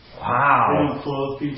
Wow